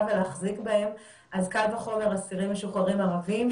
ולהחזיק בהם אז קל וחומר אסירים משוחררים ערבים,